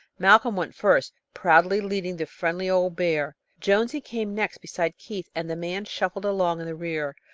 malcolm went first, proudly leading the friendly old bear. jonesy came next beside keith, and the man shuffled along in the rear,